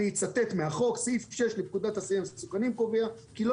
אני אצטט מהחוק סעיף 6 לפקודת הסמים קובע כי "..